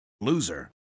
Loser